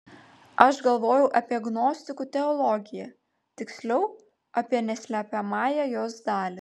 aš galvojau apie gnostikų teologiją tiksliau apie neslepiamąją jos dalį